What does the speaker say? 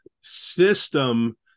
system